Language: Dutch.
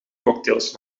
cocktails